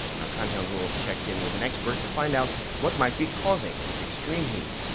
our kan hyeong-woo checked in with an expert to find out what might be causing this extreme heat.